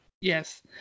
Yes